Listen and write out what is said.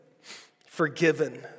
forgiven